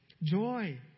Joy